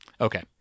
okay